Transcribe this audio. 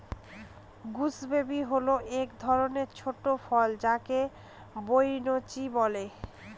gooseberry হল এক ধরনের ছোট ফল যাকে বৈনচি বলে